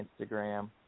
Instagram